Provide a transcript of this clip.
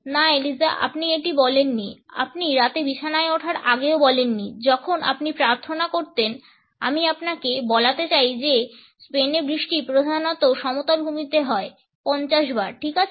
না এলিজা আপনি এটি বলেননি আপনি রাতে বিছানায় ওঠার আগেও বলেননি যখন আপনি প্রার্থনা করতেন আমি আপনাকে বলাতে চাই যে স্পেনে বৃষ্টি প্রধানত সমতল ভূমিতে হয় 50 বার ঠিক আছে